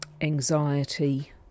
anxiety